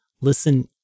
listen